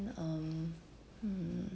then um hmm